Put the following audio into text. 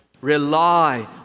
Rely